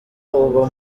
uba